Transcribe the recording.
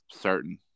certain